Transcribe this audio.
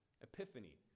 epiphany